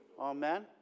Amen